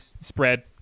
spread